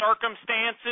circumstances